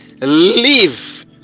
live